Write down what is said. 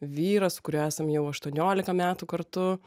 vyrą su kuriuo esam jau aštuoniolika metų kartu